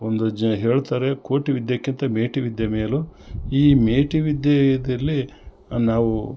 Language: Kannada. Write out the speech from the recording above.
ಒಂದು ಜನ ಹೇಳ್ತಾರೆ ಕೋಟಿ ವಿದ್ಯಕ್ಕಿಂತ ಮೇಟಿ ವಿದ್ಯೆ ಮೇಲು ಈ ಮೇಟಿ ವಿದ್ಯೆ ಇದಿರ್ಲಿ ನಾವು